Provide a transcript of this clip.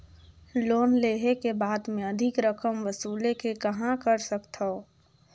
Loan लेहे के बाद मे अधिक रकम वसूले के कहां कर सकथव?